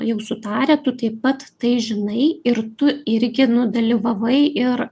jau sutarę tu taip pat tai žinai ir tu irgi nu dalyvavai ir